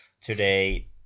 today